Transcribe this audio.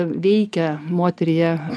veikia moteryje